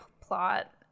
plot